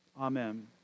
Amen